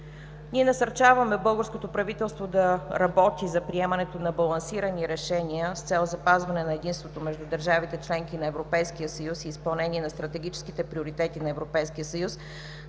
Ние насърчаваме българското правителство да работи за приемането на балансирани решения с цел запазване на единството между държавите – членки на Европейския съюз и изпълнение на стратегическите приоритети на Европейския съюз,